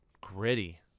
gritty